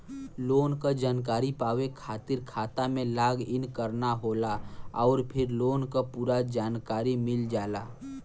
loan क जानकारी पावे खातिर खाता में लॉग इन करना होला आउर फिर लोन क पूरा जानकारी मिल जाला